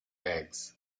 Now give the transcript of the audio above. eggs